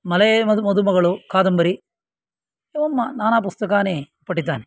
मलये मधु मगलु कादम्बरी एवं नाना पुस्तकानि पठितानि